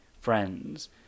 friends